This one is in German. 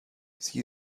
sie